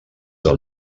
del